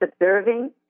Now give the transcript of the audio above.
observing